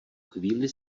chvíli